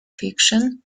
fiction